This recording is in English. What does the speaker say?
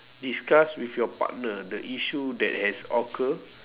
discuss with your partner the issue that has occur